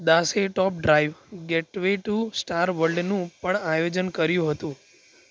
દાસે top drive gateway to star વર્લ્ડનું પણ આયોજન કર્યું હતું